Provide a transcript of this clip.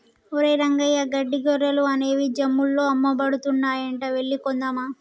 ఒరేయ్ రంగయ్య గడ్డి గొర్రెలు అనేవి జమ్ముల్లో అమ్మబడుతున్నాయంట వెళ్లి కొందామా